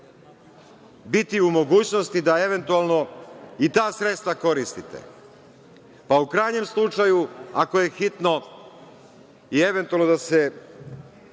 biti u mogućnosti da eventualno i ta sredstva koristite. Pa, u krajnjem slučaju ako je hitno i eventualno da se